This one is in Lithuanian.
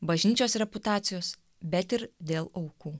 bažnyčios reputacijos bet ir dėl aukų